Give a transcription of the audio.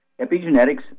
Epigenetics